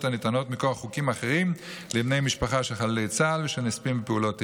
הניתנות מכוח חוקים אחרים לבני משפחה של חללי צה"ל ושל נספים בפעולות איבה.